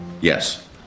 Yes